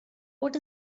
what